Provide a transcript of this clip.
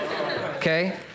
Okay